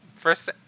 first